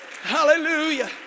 Hallelujah